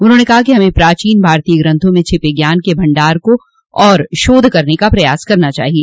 उन्होंने कहा कि हमें प्राचीन भारतीय ग्रंथों में छिपे ज्ञान के भंडार को पाने और शोध करने का प्रयास करना चाहिए